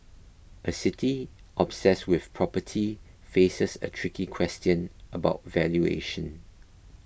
a city obsessed with property faces a tricky question about valuation